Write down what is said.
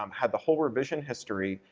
um had the whole revision history,